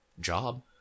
job